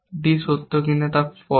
d সত্য কিনা তা স্পষ্ট